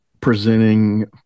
presenting